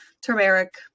turmeric